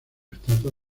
estatua